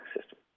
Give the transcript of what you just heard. system